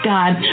God